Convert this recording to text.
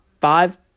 five